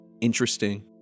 interesting